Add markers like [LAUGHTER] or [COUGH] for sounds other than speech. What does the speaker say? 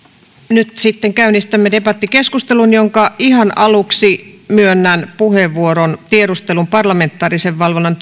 nyt sitten käynnistämme debattikeskustelun jonka ihan aluksi myönnän puheenvuoron tiedustelun valvonnan [UNINTELLIGIBLE]